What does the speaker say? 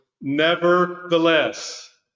Nevertheless